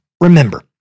Remember